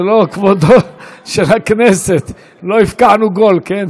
זה לא כבודה של הכנסת, לא הבקענו גול, כן?